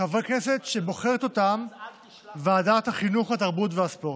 חברי כנסת שבוחרת ועדת החינוך, התרבות והספורט.